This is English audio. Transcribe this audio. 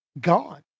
gone